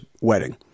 wedding